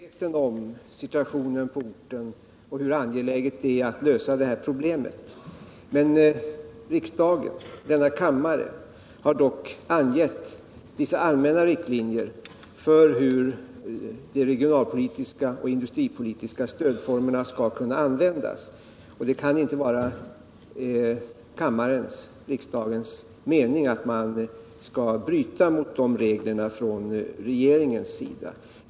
Herr talman! Jag är medveten om situationen på orten och hur angeläget det är att lösa problemet. Men riksdagen, denna kammare, har dock angivit vissa allmänna riktlinjer för hur de regionalpolitiska och industripolitiska stödformerna skall användas. Det kan inte vara kammarens och riksdagens mening att regeringen skall bryta mot de reglerna.